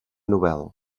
nobel